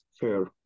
fair